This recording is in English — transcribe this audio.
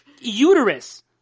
uterus